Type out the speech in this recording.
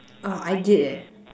oh I did leh